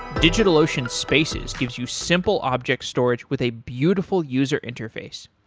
digitalocean spaces gives you simple object storage with a beautiful user interface.